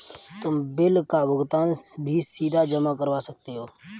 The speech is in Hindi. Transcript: तुम बिल का भुगतान भी सीधा जमा करवा सकते हो